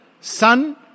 son